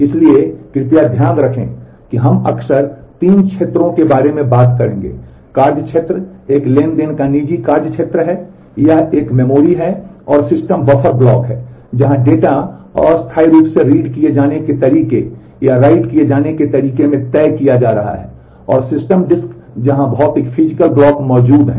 इसलिए कृपया ध्यान रखें कि हम अक्सर तीन क्षेत्रों के बारे में बात करेंगे कार्य क्षेत्र एक ट्रांज़ैक्शन का निजी कार्य क्षेत्र है यह एक मेमोरी है और सिस्टम बफर ब्लॉक है जहां डेटा अस्थायी रूप से रीड ब्लॉक मौजूद है